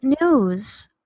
news